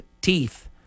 teeth